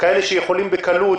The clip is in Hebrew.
כאלה שיכולים בקלות,